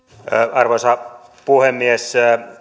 arvoisa puhemies